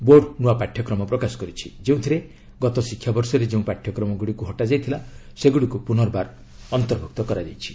board ନୂଆ ପାଠ୍ୟକ୍ରମ ପ୍ରକାଶ କରିଛି ଯେଉଁଥିରେ ଗତ ଶିକ୍ଷାବର୍ଷରେ ଯେଉଁ ପାଠ୍ୟକ୍ରମ ଗୁଡ଼ିକୁ ହଟାଯାଇଥିଲା ସେଗୁଡ଼ିକୁ ପୁନର୍ବାର ଅନ୍ତର୍ଭୁକ୍ତ କରାଯାଇଛି